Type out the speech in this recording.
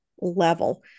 level